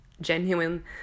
genuine